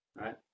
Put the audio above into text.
Right